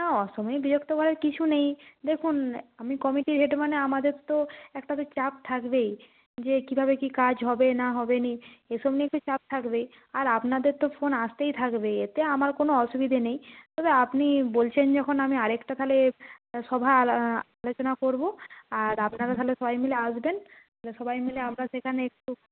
না অসময়ে বিরক্ত করার কিছু নেই দেখুন আমি কমিটির হেড মানে আমাদের তো একটা তো চাপ থাকবেই যে কীভাবে কি কাজ হবে না হবে নি এসব নিয়ে তো চাপ থাকবেই আর আপনাদের তো ফোন আসতেই থাকবে এতে আমার কোনো অসুবিধে নেই তবে আপনি বলছেন যখন আমি আরেকটা তাহলে সভার আলোচনা করবো আর আপনারা তাহলে সবাই মিলে আসবেন সবাই মিলে আমরা সেখানে একটু